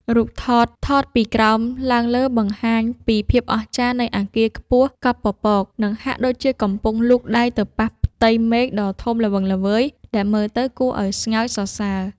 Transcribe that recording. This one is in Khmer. រូបភាពថតពីក្រោមឡើងលើបង្ហាញពីភាពអស្ចារ្យនៃអាគារខ្ពស់កប់ពពក និង ហាក់ដូចជាកំពុងលូកដៃទៅប៉ះផ្ទៃមេឃដ៏ធំល្វឹងល្វើយដែលមើលទៅគួរឱ្យស្ងើចសរសើរ។